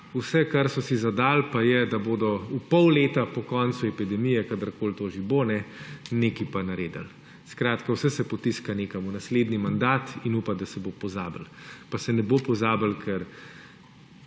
Vse, kar so si zadali, pa je, da bodo v pol leta po koncu epidemije, kadarkoli to že bo, nekaj pa naredili. Skratka, vse se potiska nekam v naslednji mandat in upa, da se bo pozabilo. Pa se ne bo pozabilo, ker